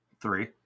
Three